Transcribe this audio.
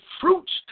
fruits